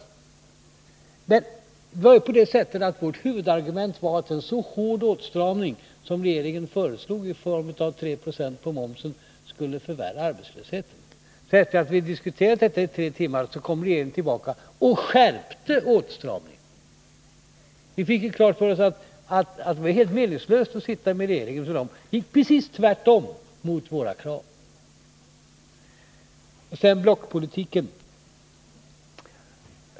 Men då var det på det sättet att vårt huvudargument var att en så hård åtstramning som regeringen föreslog, nämligen 3 26 på momsen, skulle förvärra arbetslösheten. Efter det att vi hade diskuterat detta i tre timmar kom regeringen tillbaka och skärpte åtstramningen. Vi fick därigenom klart för oss att det var helt meningslöst att sitta och diskutera med regeringen, eftersom den gick precis rakt emot våra krav. Sedan blockpolitiken!